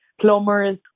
Plumbers